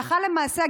הלכה למעשה,